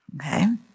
Okay